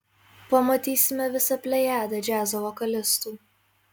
pamatysime visą plejadą džiazo vokalistų